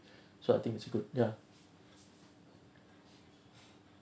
so I think it's good ya